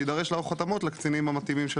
שיידרש לערוך התאמות לקצינים המתאימים,